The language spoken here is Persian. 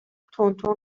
تندتند